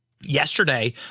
Yesterday